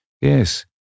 Yes